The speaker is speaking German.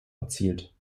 erzielt